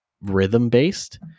rhythm-based